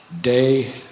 day